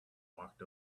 walked